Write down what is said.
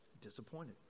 disappointed